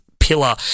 pillar